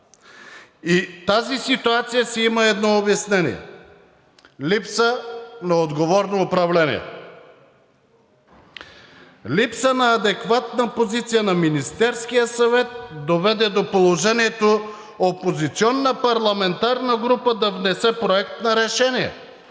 И тази ситуация си има едно обяснение – липса на отговорно управление. Липса на адекватна позиция на Министерския съвет доведе до положението опозиционна парламентарна група да внесе Проект на решение.